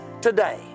today